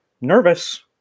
nervous